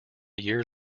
year